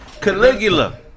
Caligula